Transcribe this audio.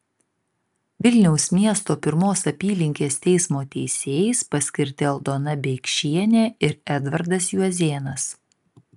vilniaus miesto pirmos apylinkės teismo teisėjais paskirti aldona biekšienė ir edvardas juozėnas